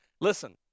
Listen